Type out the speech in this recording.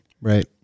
Right